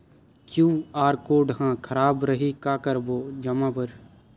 QR code हा खराब रही का करबो जमा बर?